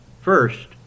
first